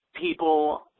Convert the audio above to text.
people